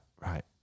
right